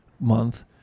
Month